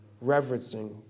reverencing